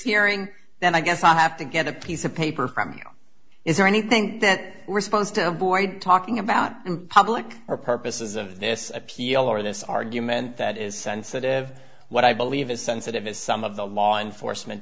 hearing then i guess i have to get a piece of paper from you is there any think that we're supposed to avoid talking about in public or purposes of this appeal or this argument that is sensitive what i believe as sensitive as some of the law enforcement